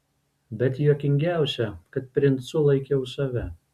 bet juokingiausia kad princu laikiau save